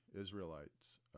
Israelites